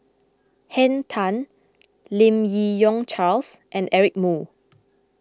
Henn Tan Lim Yi Yong Charles and Eric Moo